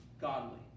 godly